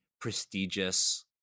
prestigious